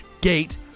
Gate